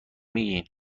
میگین